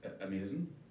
Amazing